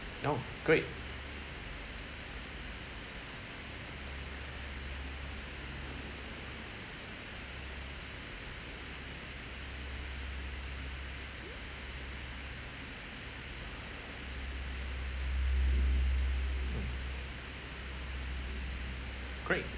oh great mm great